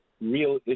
real